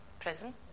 Prison